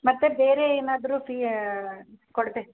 ಮತ್ತೆ ಬೇರೆ ಏನಾದ್ರೂ ಫೀ ಕೊಡ್ಬೇ